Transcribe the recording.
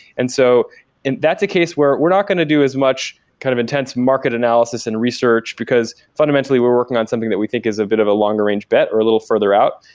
and so and that's a case where we're not going to do as much kind of intense market analysis and research, because fundamentally we're working on something that we think is a bit of a longer-range bet or a little further out.